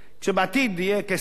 כשבעתיד יהיה כסף,